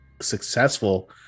successful